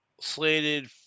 slated